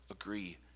agree